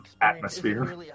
atmosphere